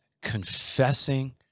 confessing